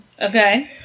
Okay